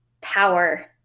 power